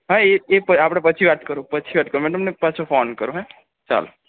હા ઈ ઈ આપડે પછી પછી વાત કરૂ પછી વાત કરું મેં તમને પાછો ફોન કરું હે ચાલો